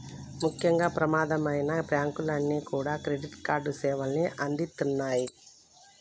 ముఖ్యంగా ప్రమాదమైనా బ్యేంకులన్నీ కూడా క్రెడిట్ కార్డు సేవల్ని అందిత్తన్నాయి